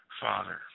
Father